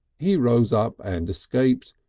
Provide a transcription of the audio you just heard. he rose up and escaped,